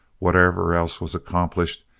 whatever else was accomplished,